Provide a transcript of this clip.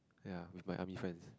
ya with my army friends